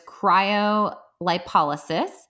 cryolipolysis